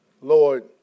Lord